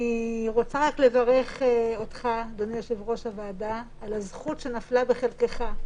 אני רוצה לברך אותך אדוני יושב ראש הוועדה על הזכות שנפלה בחלקך.